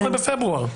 למה 15 בפברואר?